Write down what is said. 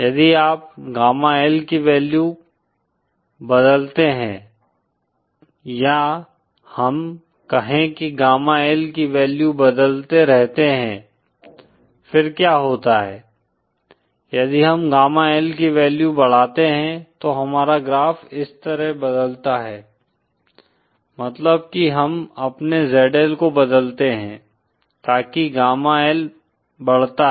यदि आप gamma L की वैल्यू बदलते हैं या हम कहें कि गामा L की वैल्यू बदलते रहते हैं फिर क्या होता है यदि हम गामा L की वैल्यू बढ़ाते हैं तो हमारा ग्राफ इस तरह बदलता है मतलब की हम अपने ZL को बदलते हैं ताकि गामा L बढ़ता है